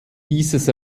dieses